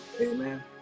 amen